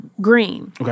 green